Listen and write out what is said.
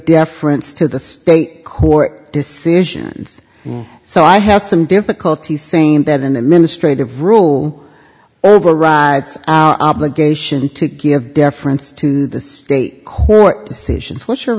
deference to the state court decisions so i have some difficulty same that an administrative rule overrides our obligation to give deference to the state court decisions what's your